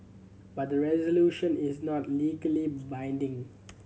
but the resolution is not legally binding